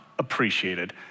appreciated